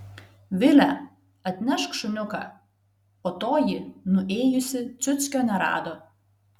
vile atnešk šuniuką o toji nuėjusi ciuckio nerado